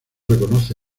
reconoce